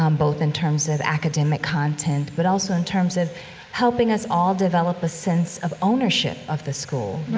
um both in terms of academic content, but also in terms of helping us all develop a sense of ownership of the school